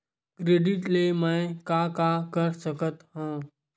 Credit ले मैं का का कर सकत हंव?